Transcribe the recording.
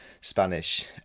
Spanish